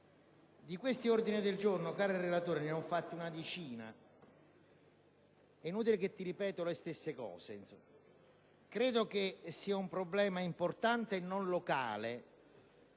Di questi ordini del giorno, caro relatore, ne ho presentati una decina. E[ ]inutile ripetere sempre le stesse cose. Credo che sia un problema importante, e non solo